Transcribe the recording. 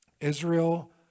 Israel